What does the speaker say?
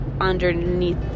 underneath